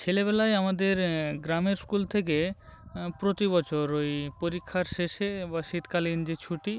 ছেলেবেলায় আমাদের গ্রামের স্কুল থেকে প্রতি বছর ওই পরীক্ষার শেষে বা শীতকালীন যে ছুটি